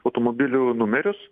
automobilių numerius